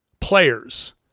players